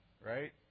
Right